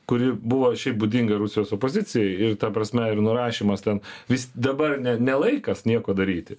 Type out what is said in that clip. kuri buvo šiaip būdinga rusijos opozicijai ir ta prasme ir nurašymas ten vis dabar ne ne laikas nieko daryti